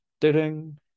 ding